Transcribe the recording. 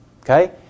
Okay